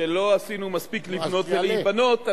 שלא עשינו מספיק לבנות ולהיבנות,